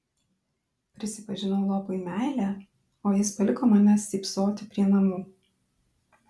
prisipažinau lopui meilę o jis paliko mane stypsoti prie namų